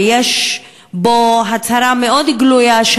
ויש בו הצהרה מאוד גלויה,